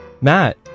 Matt